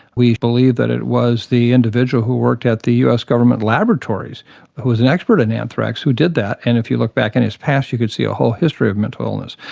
we believe that it was the individual who worked at to the us government laboratories who was an expert in anthrax who did that. and if you look back in his past you could see a whole history of mental illness.